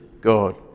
God